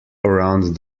around